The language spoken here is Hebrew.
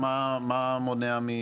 מה מונע?